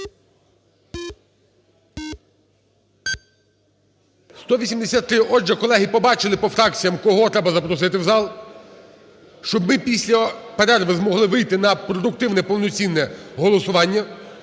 За-183 Отже, колеги, побачили по фракціям, кого треба запросити в зал, щоб ми після перерви змогли на продуктивне повноцінне голосування.